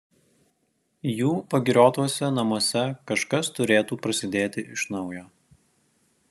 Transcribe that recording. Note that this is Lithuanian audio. jų pagiriotuose namuose kažkas turėtų prasidėti iš naujo